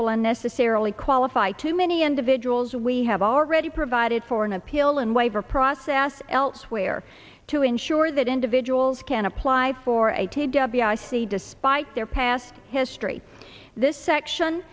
will unnecessarily qualify too many individuals we have already provided for an appeal and waiver process elsewhere to ensure that individuals can apply or eighty debbie i see despite their past history this section